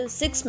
six